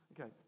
Okay